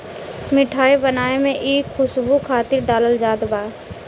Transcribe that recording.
मिठाई बनावे में इ खुशबू खातिर डालल जात बा